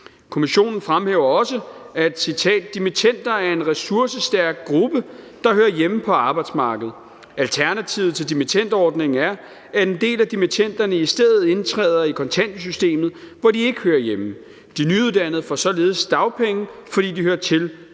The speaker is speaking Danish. Kommissionen fremhæver også, at »dimittender er en ressourcestærk gruppe, der hører hjemme på arbejdsmarkedet«. Og: »Alternativet til dimittendordningen er dog, at en del af dimittenderne i stedet indtræder i kontanthjælpssystemet, hvor de ikke hører hjemme. De nyuddannede får således dagpenge, fordi de hører til på arbejdsmarkedet«.